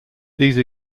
these